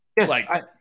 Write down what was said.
Yes